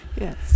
Yes